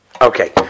Okay